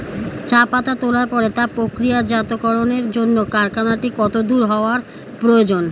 চা পাতা তোলার পরে তা প্রক্রিয়াজাতকরণের জন্য কারখানাটি কত দূর হওয়ার প্রয়োজন?